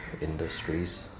industries